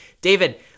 David